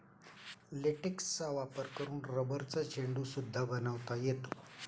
लेटेक्सचा वापर करून रबरचा चेंडू सुद्धा बनवता येतो